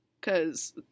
Cause